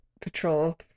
patrol